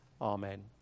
Amen